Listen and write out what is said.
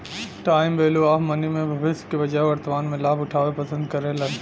time value of money में भविष्य के बजाय वर्तमान में लाभ उठावे पसंद करेलन